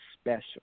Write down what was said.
special